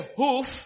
hoof